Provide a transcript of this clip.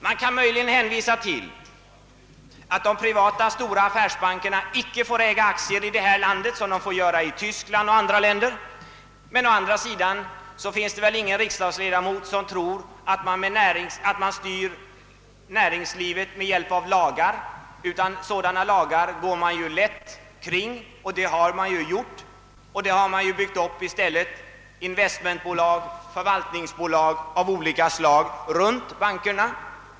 Man kan möjligen hänvisa till att de stora privata affärsbankerna icke får äga aktier i vårt land som i Tyskland och andra länder, men å andra sidan finns de väl ingen riksdagsledamot som tror att vi styr näringslivet med hjälp av lagar. Sådana är det lätt att kringgå. I det här fallet har man byggt upp investmentbolag och förvaltningsbolag av olika slag runt bankerna.